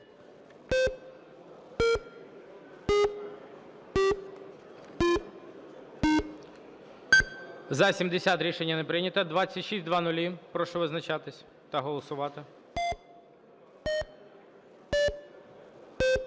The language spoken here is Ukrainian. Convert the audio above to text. За-70 Рішення не прийнято. 2600. Прошу визначатися та голосувати.